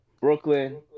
Brooklyn